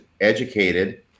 educated